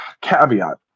caveat